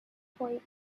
point